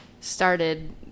started